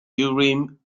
urim